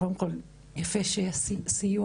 קודם כל, יפה שיש סיוע,